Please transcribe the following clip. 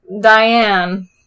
Diane